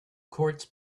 courts